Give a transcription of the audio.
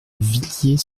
villiers